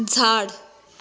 झाड